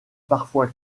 parfois